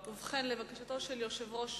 ובכן, לבקשתו של יושב-ראש